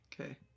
Okay